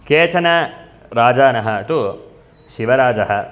केचन राजानः तु शिवराजः